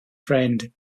friend